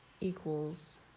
equals